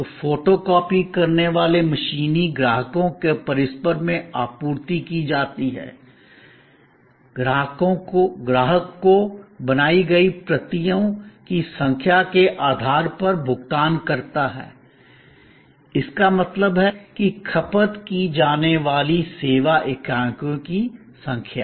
तो फोटोकॉपी करने वाली मशीनें ग्राहकों के परिसर में आपूर्ति की जाती हैं ग्राहकको बनाई गई प्रतियों की संख्या के आधार पर भुगतान करता है इसका मतलब है कि खपत की जाने वाली सेवा इकाइयों की संख्या